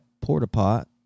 port-a-pot